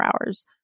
hours